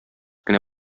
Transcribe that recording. кенә